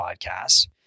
podcasts